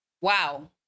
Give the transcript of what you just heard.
wow